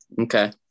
Okay